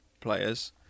players